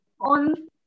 on